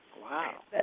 Wow